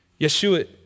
Yeshua